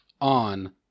on